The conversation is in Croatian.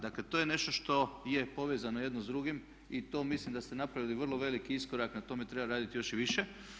Dakle to je nešto što je povezano jedno s drugim i to mislim da ste napravili vrlo veliki iskorak, na tome treba raditi još i više.